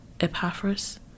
Epaphras